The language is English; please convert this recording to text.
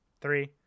Three